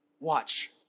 watch